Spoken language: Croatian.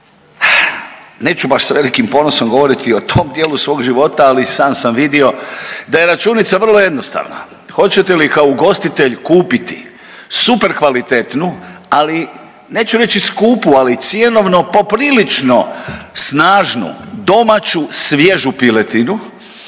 Neću baš sa velikim ponosom govoriti o tom dijelu svog života, ali sam sam vidio da je računica vrlo jednostavna. Hoćete li kao ugostitelj kupiti super kvalitetnu, ali neću reći skupu, ali cjenovno poprilično snažnu domaću svježu piletinu